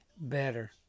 better